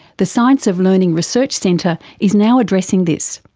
the science of learning research centre is now addressing this.